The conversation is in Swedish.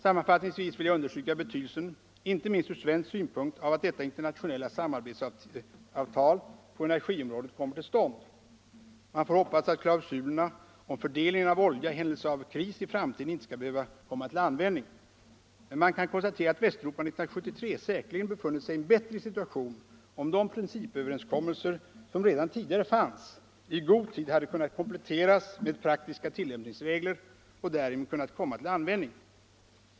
Sammanfattningsvis vill jag understryka betydelsen inte minst ur svensk synpunkt av att detta internationella samarbetsavtal på energiområdet kommit till stånd. Man får hoppas att klausulerna om fördelningen av olja i händelse av kris i framtiden inte skall behöva komma till användning. Men man kan konstatera att Västeuropa 1973 säkerligen befunnit sig i en bättre situation om de principöverenskommelser, som redan tidigare fanns, i god tid hade kunnat kompletteras med praktiska tillämpningsregler och därigenom kunnat komma till användning.